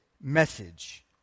message